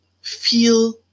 feel